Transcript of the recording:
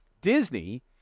Disney